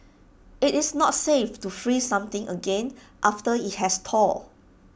IT is not safe to freeze something again after IT has thawed